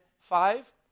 five